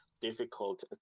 difficult